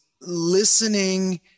listening